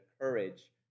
courage